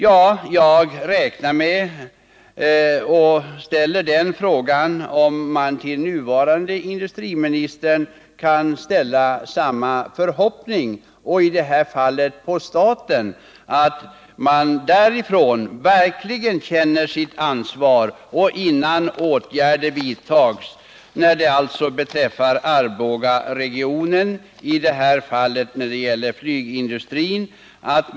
Jag undrar om man kan ställa samma förhoppning på den nuvarande industriministern, och i detta fall staten, att man verkligen känner sitt ansvar innan åtgärder vidtas när det gäller Arbogaregionen och flygindustrin där.